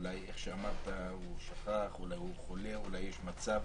אולי, כמו שאמרת, הוא שכח, הוא חולה, אולי יש מצב